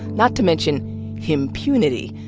not to mention himpunity.